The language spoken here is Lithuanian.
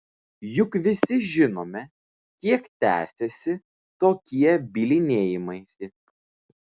juk visi žinome kiek tęsiasi tokie bylinėjimaisi